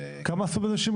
כמה שנים זה כבר קיים?